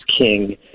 king